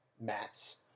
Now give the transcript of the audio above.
mats